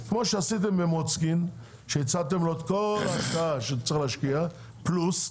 כמו שעשיתם במוצקין שהצעתם לו את כל ההשקעה שהוא צריך להשקיע פלוס,